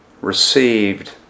received